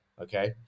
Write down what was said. okay